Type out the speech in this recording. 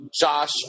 Josh